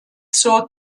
zur